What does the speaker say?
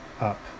up